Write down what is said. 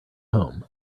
home